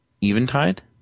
Eventide